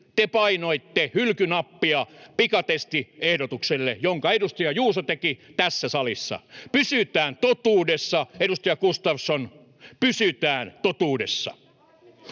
te painoitte hylkynappia pikatestiehdotukselle, jonka edustaja Juuso teki tässä salissa. Pysytään totuudessa, edustaja Gustafsson, pysytään totuudessa.